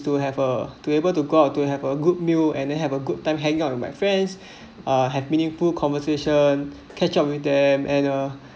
to have a to able to go out to have a good meal and then have a good time hanging out with my friends uh have meaningful conversation catch up with them and uh